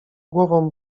głową